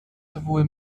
sowohl